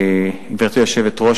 גברתי היושבת-ראש,